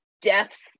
death